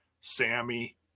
Sammy